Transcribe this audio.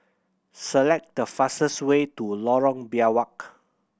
select the fastest way to Lorong Biawak